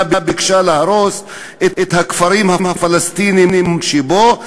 ביקשה להרוס את הכפרים הפלסטיניים שבו,